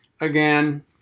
again